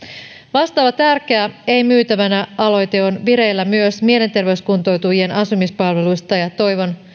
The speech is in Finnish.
vastaava tärkeä ei myytävänä aloite on vireillä myös mielenterveyskuntoutujien asumispalveluista ja toivon